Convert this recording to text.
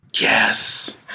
Yes